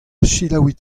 selaouit